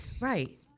right